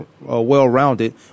well-rounded